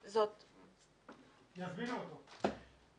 בה,